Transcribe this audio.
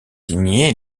signé